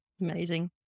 Amazing